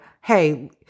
hey